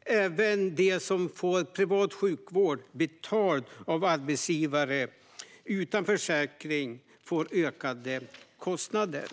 Även de som får privat sjukvård betald av arbetsgivare utan försäkring får ökade kostnader.